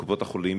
קופות-החולים,